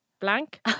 Blank